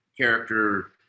character